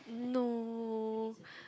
no